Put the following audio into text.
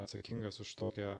atsakingas už tokią